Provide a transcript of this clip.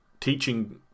teaching